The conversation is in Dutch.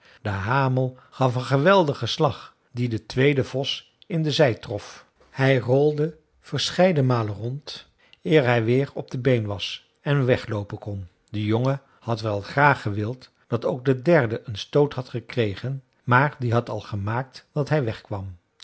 de hamel gaf een geweldigen slag die den tweeden vos in de zij trof hij rolde verscheiden malen rond eer hij weer op de been was en wegloopen kon de jongen had wel graag gewild dat ook de derde een stoot had gekregen maar die had al gemaakt dat hij wegkwam